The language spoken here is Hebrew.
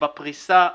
בפריסה,